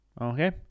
Okay